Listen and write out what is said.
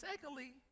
secondly